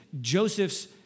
joseph's